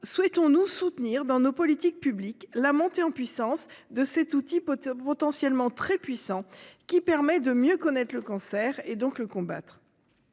Souhaitons-nous soutenir dans nos politiques publiques la montée en puissance de cet outil potentiellement très puissant, qui permet de mieux connaître le cancer, et donc de le combattre ?